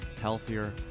healthier